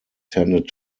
tended